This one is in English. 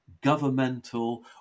governmental